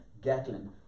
Gatlin